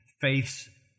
Faith's